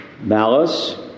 malice